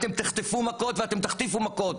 אתם תחטפו מכות ואתם תחטיפו מכות.